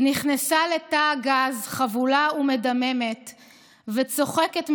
היא נכנסה לתא הגזים חבולה, מדממת וצוחקת מאושר,